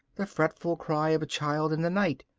the fretful cry of a child in the night,